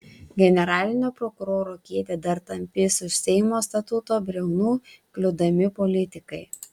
generalinio prokuroro kėdę dar tampys už seimo statuto briaunų kliūdami politikai